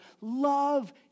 Love